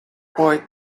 why